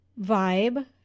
Vibe